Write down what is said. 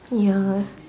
ya